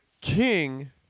king